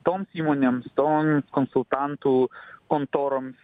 toms įmonėms ton konsultantų kontoroms